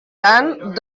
tant